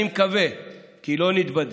אני מקווה כי לא נתבדה